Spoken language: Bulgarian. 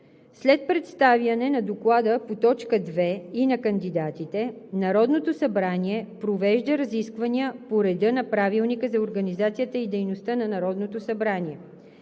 След представяне на Доклада по т. 2 и на кандидатите Народното събрание провежда разисквания по реда на Правилника за организацията и дейността на Народното събрание.